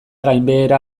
gainbehera